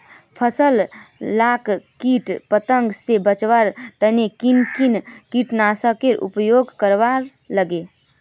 फसल लाक किट पतंग से बचवार तने किन किन कीटनाशकेर उपयोग करवार लगे?